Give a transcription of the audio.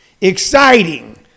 exciting